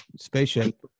spaceship